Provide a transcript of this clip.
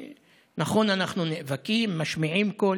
נכון, אנחנו נאבקים, משמיעים קול,